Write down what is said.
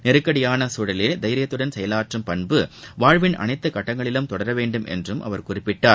நெருக்கடியான சூழலில் தைியத்துடன் செயலாற்றும் பண்பு வாழ்வின் அனைத்து கட்டங்களிலும் தொடர வேண்டுமென்றம் அவர் குறிப்பிட்டார்